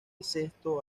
cesto